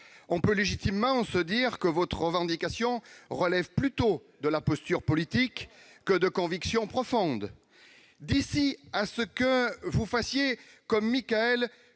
On peut donc légitimement se dire que vos revendications relèvent plutôt de la posture politique que de convictions profondes ... D'ici à ce que vous fassiez comme Michael